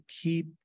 keep